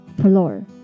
floor